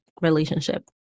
relationship